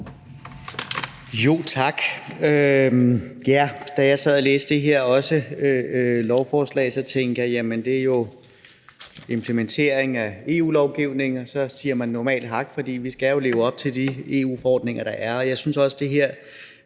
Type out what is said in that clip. Tak. Da jeg sad og læste også det her lovforslag, tænkte jeg, at det jo er en implementering af EU-lovgivning, og så sætter man normalt et hak ud for det, for vi skal jo leve op til de EU-forordninger, der er.